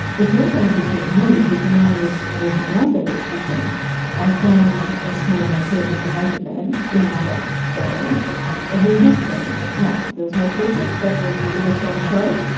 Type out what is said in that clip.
it is also interesting to me because when i was walking around that exhibition i found a small maquette of a naked man in another gallery ah who was masturbating. now, there was no question, that work was left on show.